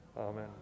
Amen